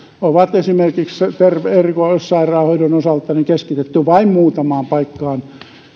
on esimerkiksi erikoissairaanhoidon osalta keskitetty vain muutamaan paikkaan